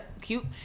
Cute